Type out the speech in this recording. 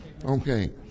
Okay